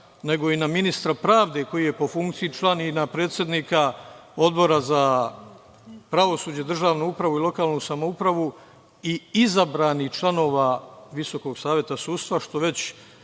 nego i na ministra pravde, koji je po funkciji član predsednika Odbora za pravosuđe, državnu upravu i lokalnu samoupravu i izabranih članova Visokog saveta sudstva. Ja